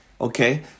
Okay